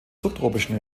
subtropischen